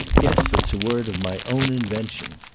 yes it's a word of my own invention.